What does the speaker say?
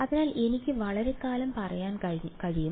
അതിനാൽ എനിക്ക് വളരെക്കാലം പറയാൻ കഴിയും